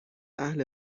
اهل